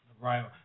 Right